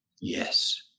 Yes